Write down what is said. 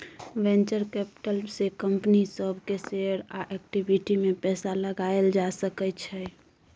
venture capital से company सब के शेयर आ इक्विटी में पैसा लगाएल जा सकय छइ